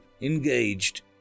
engaged